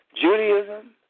Judaism